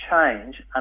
change